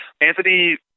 Anthony